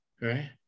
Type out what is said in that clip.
right